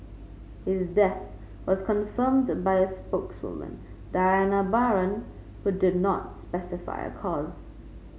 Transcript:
his death was confirmed by a spokeswoman Diana Baron who did not specify a cause